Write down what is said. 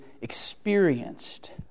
experienced